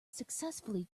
successfully